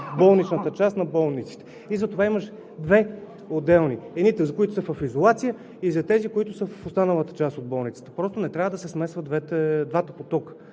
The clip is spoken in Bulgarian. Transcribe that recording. в болничната част на болниците. И затова има две отделни – едните, за които са в изолация, и за тези, които са в останалата част от болницата. Просто не трябва да се смесват двата потока.